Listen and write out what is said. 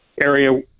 area